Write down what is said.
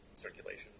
circulation